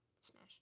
Smash